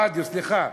זה ברדיו, סליחה.